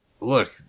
look